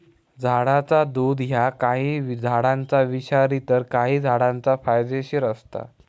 झाडाचा दुध ह्या काही झाडांचा विषारी तर काही झाडांचा फायदेशीर असता